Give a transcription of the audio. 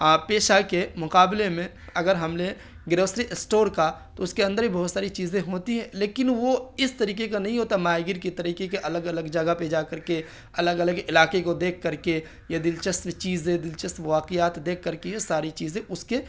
پیشہ کے مقابلے میں اگر ہم نے گروسری اسٹور کا تو اس کے اندر بھی بہت ساری چیزیں ہوتی ہے لیکن وہ اس طریقے کا نہیں ہوتا ہے ماہی گیر کے طریقے کے الگ الگ جگہ پہ جا کر کے الگ الگ علاقے کو دیکھ کر کے یہ دلچسپ چیز دلچسپ واقعات دیکھ کر کے یہ ساری چیزیں اس کے